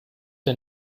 der